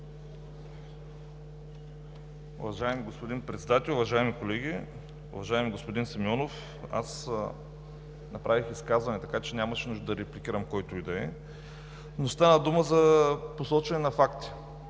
Уважаеми господин Председател, уважаеми колеги! Уважаеми господин Симеонов, аз направих изказване, така че нямаше нужда да репликирам когото и да е, но става дума за посочване на факти.